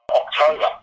October